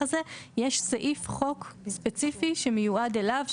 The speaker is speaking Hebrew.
הזה יש סעיף חוק ספציפי שמיועד אליו,